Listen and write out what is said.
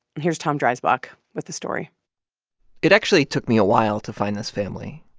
and here's tom dreisbach with the story it actually took me a while to find this family.